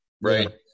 right